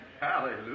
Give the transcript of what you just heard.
Hallelujah